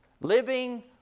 living